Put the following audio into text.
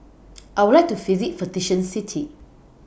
I Would like to visit For Vatican City